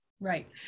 Right